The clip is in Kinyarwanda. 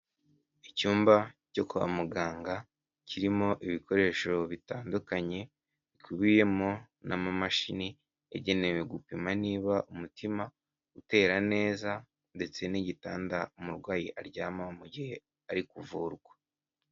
Icyumba cyo kwa muganga, kirimo ibikoresho bitandukanye, bikubiyemo n'amamashini yagenewe gupima niba umutima utera neza ndetse n'igitanda, umurwayi aryamamo mu gihe ari kuvurwa.